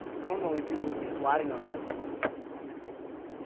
normally, people would be sliding on this and then get this,